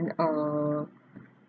uh